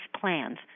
plans